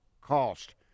cost